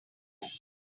here